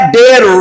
dead